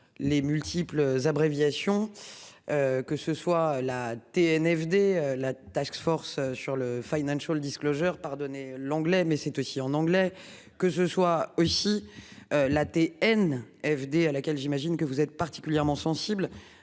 Les multiples abréviations. Que ce soit la TNF dès la Task force sur le Finding sur le disque logeurs pardonnez l'anglais mais c'est aussi en anglais, que ce soit aussi. L'ADN FD à laquelle j'imagine que vous êtes. Particulièrement sensible,